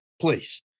please